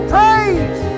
praise